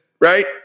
right